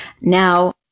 now